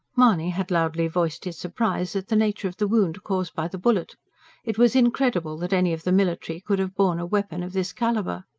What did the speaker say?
mahony had loudly voiced his surprise at the nature of the wound caused by the bullet it was incredible that any of the military could have borne a weapon of this calibre.